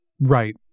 right